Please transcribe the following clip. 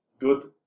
good